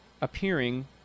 appearing